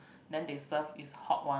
then they served is hot one